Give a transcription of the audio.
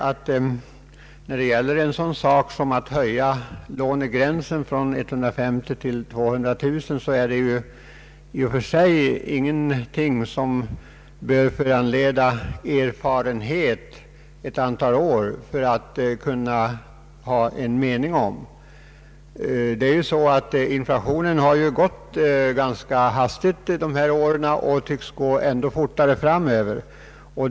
Att höja lånegränsen från 150 000 till 200 000 kronor är i och för sig ingenting som det krävs år av erfarenhet av = företagareföreningarnas verksamhet för att kunna ha en mening om. Inflationstakten har ju varit mycket hastig på senare år, och den tycks gå ännu fortare framöver.